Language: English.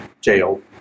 Jail